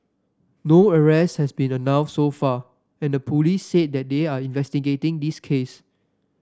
no arrests have been announced so far and the police said they are investigating the case